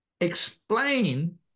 explain